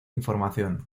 información